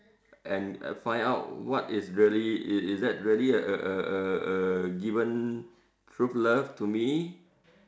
and uh find out what is really is that really a a a a given true love to me